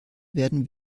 werden